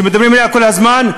שמדברים עליה כל הזמן,